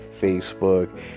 facebook